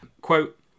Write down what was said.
Quote